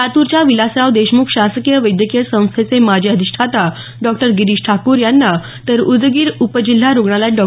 लातूरच्या विलासराव देशमुख शासकीय वैद्यकीय संस्थेचे माजी अधिष्ठाता डॉ गिरीश ठाकूर यांना तर उदगीर उपजिल्हा रुग्णालयात डॉ